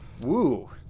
woo